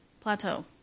plateau